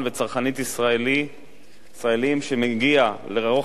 תודה רבה,